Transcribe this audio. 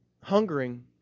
hungering